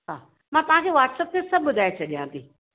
हा मां तव्हांखे वॉट्सअप ते सभु ॿुधाए छॾियां थी